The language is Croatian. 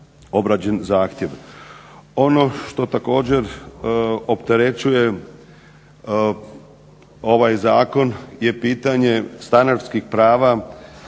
obrađen zahtjev. Ono što također opterećuje ovaj Zakon je pitanje stanarskih prava,